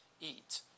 eat